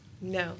No